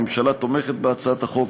הממשלה תומכת בהצעת החוק,